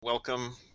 Welcome